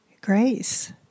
grace